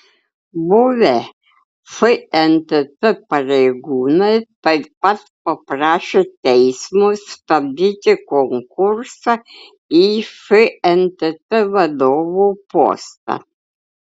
buvę fntt pareigūnai taip pat paprašė teismo stabdyti konkursą į fntt vadovo postą